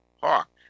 Hawk